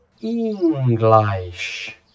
English